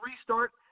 restart